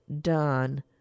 done